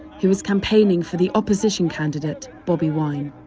who is campaigning for the opposition candidate bobi wine